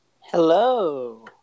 Hello